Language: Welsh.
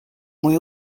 mwy